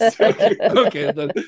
Okay